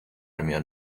میان